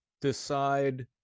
decide